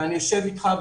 אני אשב איתך,